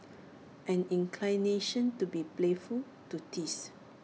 an inclination to be playful to tease